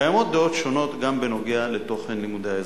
קיימות דעות שונות גם בנוגע לתוכן לימודי האזרחות.